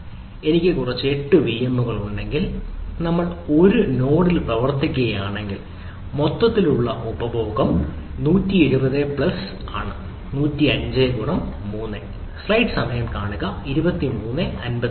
എനിക്ക് കുറച്ച് 8 വിഎമ്മുകൾ ഉണ്ടെങ്കിൽ നമ്മൾ 1 നോഡിൽ പ്രവർത്തിക്കുകയാണെങ്കിൽ മൊത്തത്തിലുള്ള ഉപഭോഗം 170 പ്ലസ് ആണ് 105 ഗുണം 3